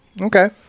okay